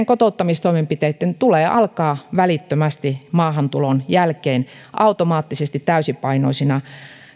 kotouttamistoimenpiteitten tulee alkaa välittömästi maahantulon jälkeen automaattisesti täysipainoisina